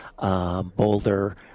Boulder